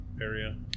area